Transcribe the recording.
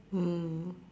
mm